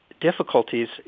difficulties